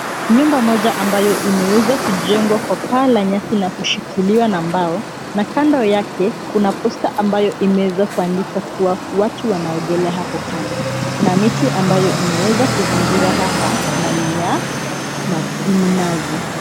Nyumba moja ambayo imewezwa kujengwa kwa paa la nyasi na kushikiliwa na mbao na kando yake kuna poster ambayo imeweza kuandikwa kuwa watu wanaogelea hapo kando. Kuna miti ambayo imeweza kuzingira hapa na ni ya minazi.